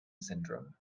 syndrome